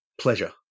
pleasure